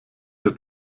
der